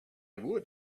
would